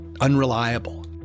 unreliable